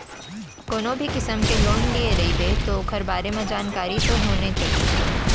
कोनो भी किसम के लोन लिये रबे तौ ओकर बारे म जानकारी तो होने चाही